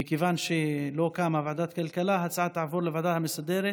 ומכיוון שלא קמה ועדת כלכלה ההצעה תעבור לוועדה המסדרת